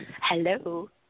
Hello